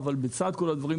בצד כל הדברים,